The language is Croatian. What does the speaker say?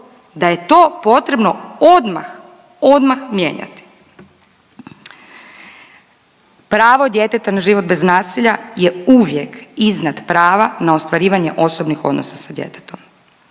da je to potrebno odmah, odmah mijenjati. Pravo djeteta na život bez nasilja je uvijek iznad prava na ostvarivanje osobnih odnosa sa djetetom.